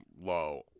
low